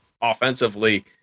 offensively